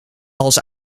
als